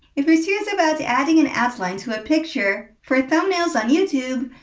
if you're serious about adding an outline to a picture for thumbnails on youtube,